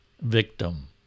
victim